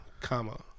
comma